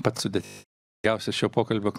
pats sudėtingiausias šio pokalbio klausimas